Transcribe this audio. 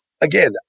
again